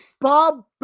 Bob